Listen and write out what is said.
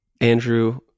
Andrew